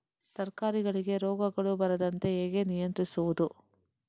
ತರಕಾರಿಗಳಿಗೆ ರೋಗಗಳು ಬರದಂತೆ ಹೇಗೆ ನಿಯಂತ್ರಿಸುವುದು?